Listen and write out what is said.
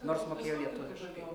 nors mokėjo lietuviškai